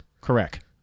Correct